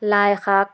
লাই শাক